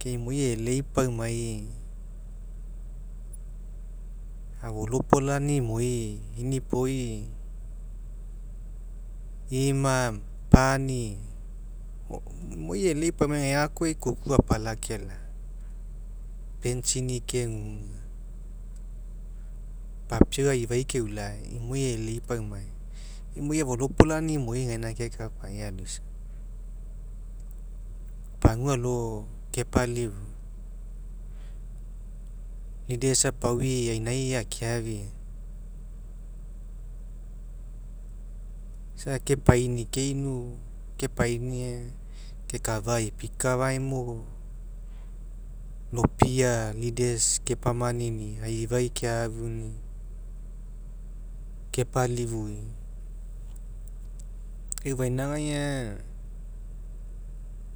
Ke imoi e'elei paumai afolopolanii iomi inipoi ima pani imoi e'elei paumai gakoa kuku apala kela'a pentsink kegunii papiau aifai keulai imoi gaina kekapa aloisa pgua alo kepalifua leaders apaoi ainai akeafia isa kepaini keinu kepani aga kekafai pikafaimo lopia leaders kepamanini aifai kea'afunii kepalifua ke ufainagai aga